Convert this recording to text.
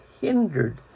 hindered